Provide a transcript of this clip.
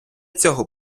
цього